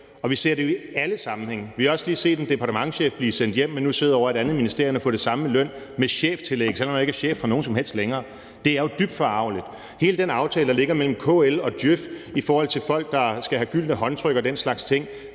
og vi ser det i alle sammenhænge. Vi har også lige set en departementschef blive sendt hjem, men nu sidder han ovre i et andet ministerium og får det samme i løn med cheftillæg, selv om han ikke længere er chef for nogen som helst. Det er jo dybt forargeligt med hele den aftale, der ligger mellem KL og Djøf, i forhold til folk, der skal have gyldne håndtryk og den slags ting.